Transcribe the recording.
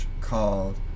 called